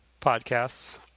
podcasts